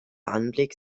anblick